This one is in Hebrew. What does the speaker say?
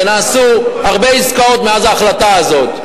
ונעשו הרבה עסקאות מאז ההחלטה הזאת.